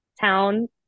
town